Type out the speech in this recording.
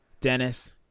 Dennis